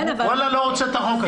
כן, אבל --- לא רוצה את החוק הזה.